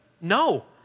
No